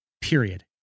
period